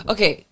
Okay